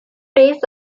pierce